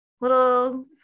little